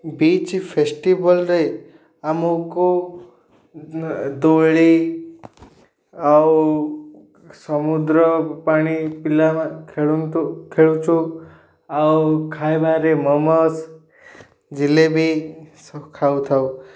ବୀଚ ଫେଷ୍ଟିଭଲରେ ଆମକୁ ଦୋଳି ଆଉ ସମୁଦ୍ର ପାଣି ପିଲା ଖେଳୁଛୁ ଆଉ ଖାଇବାରେ ମୋମୋସ୍ ଜିଲେବି ସବୁ ଖାଉଥାଉ